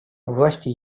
власти